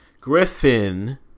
Griffin